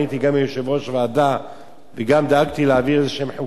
וגם דאגתי להעביר חוקים כלשהם כדי לעצור ולהגביל